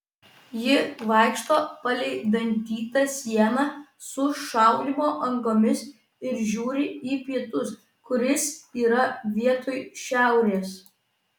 ji vaikšto palei dantytą sieną su šaudymo angomis ir žiūri į pietus kur jis yra vietoj šiaurės